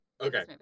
Okay